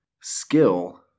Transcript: skill